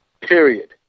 period